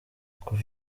kuva